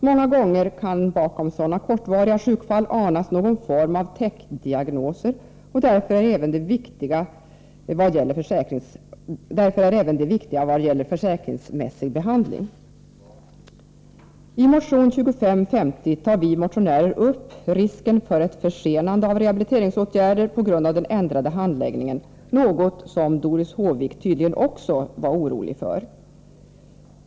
Många gånger kan bakom sådana kortvariga sjukfall anas någon form av täckdiagnoser, och därför är även de viktiga vad gäller försäkringsmässig behandling.” I motion 2550 tar vi motionärer upp risken för ett försenande av rehabiliteringsåtgärder på grund av den ändrade handläggningen, något som tydligen också Doris Håvik var orolig för.